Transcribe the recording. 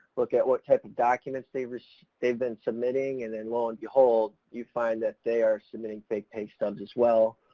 look at what type of documents they've, so they've been submitting, and then lo and behold you find that they are submitting fake pay stubs as well.